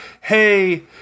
Hey